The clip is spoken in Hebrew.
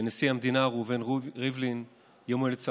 נשיא המדינה ראובן רובי ריבלין יום הולדת שמח.